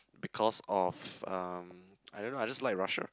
because of um I don't know I just like Russia